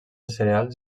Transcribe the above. cereals